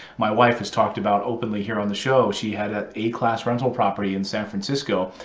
my wife has talked about openly here on the show, she had an a class rental property in san francisco,